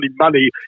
money